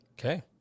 Okay